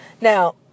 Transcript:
now